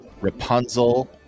Rapunzel